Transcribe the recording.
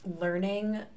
learning